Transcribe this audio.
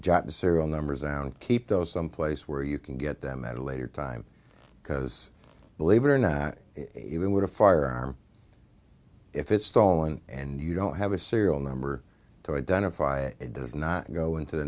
serial numbers down keep those someplace where you can get them at a later time because believe it or not even with a firearm if it's stalling and you don't have a serial number to identify it it does not go into the